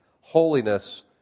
Holiness